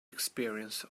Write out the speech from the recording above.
experience